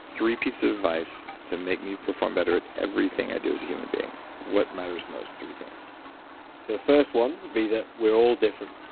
three pieces of advice to make me perform better at everything i do as a human being. what matters most? three things so the first one would be that we're all different,